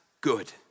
good